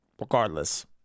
Regardless